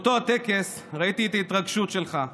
באותו הטקס ראיתי את ההתרגשות שלך.